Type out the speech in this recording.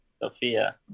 Sophia